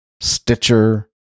Stitcher